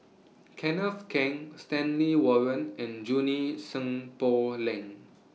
Kenneth Keng Stanley Warren and Junie Sng Poh Leng